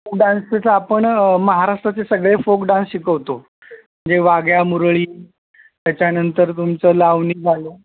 डान्सचं आपण महाराष्ट्रचे सगळे फोकडान्स शिकवतो जे वाघ्या मुरळी त्याच्यानंतर तुमचं लावणी झालं